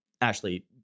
Ashley